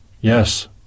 Yes